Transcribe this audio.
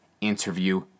interview